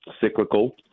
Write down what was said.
cyclical